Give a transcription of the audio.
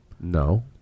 No